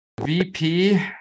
VP